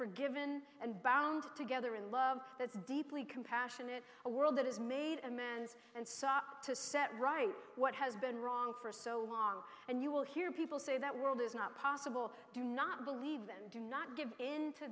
forgiven and bound together in love that's deeply compassionate a world that is made amends and sought to set right what has been wrong for so long and you will hear people say that world is not possible do not believe them do not give in to